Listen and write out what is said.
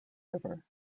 river